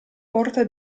porta